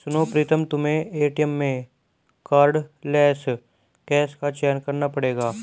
सुनो प्रीतम तुम्हें एटीएम में कार्डलेस कैश का चयन करना पड़ेगा